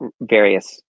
various